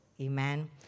Amen